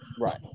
Right